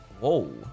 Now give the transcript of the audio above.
Whoa